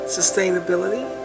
sustainability